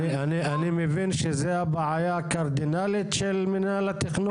מבין שזו הבעיה הקרדינלית של מינהל התכנון?